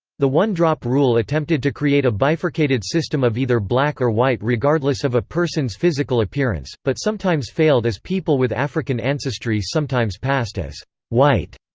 the one drop rule attempted to create a bifurcated system of either black or white regardless of a person's physical appearance, but sometimes failed as people with african ancestry sometimes passed as white,